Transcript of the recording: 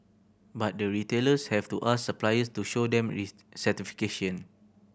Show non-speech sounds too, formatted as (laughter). but the retailers have to ask suppliers to show them (unintelligible) certification